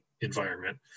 environment